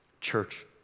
Church